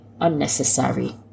Unnecessary